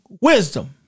wisdom